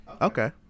Okay